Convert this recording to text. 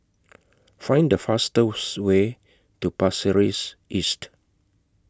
Find The fastest Way to Pasir Ris East